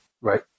Right